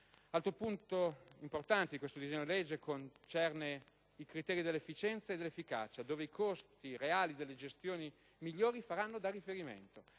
Altro grande punto di questo disegno di legge concerne i criteri dell'efficienza e dell'efficacia dove i costi reali delle gestioni migliori faranno da riferimento,